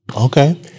Okay